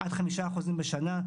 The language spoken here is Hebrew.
עד 5% בשנה,